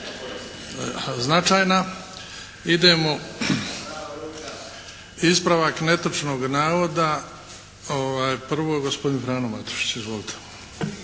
značajna, idemo … Ispravak netočnog navoda prvo gospodin Frano Matušić. Izvolite!